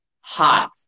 hot